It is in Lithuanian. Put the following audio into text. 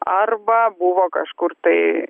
arba buvo kažkur tai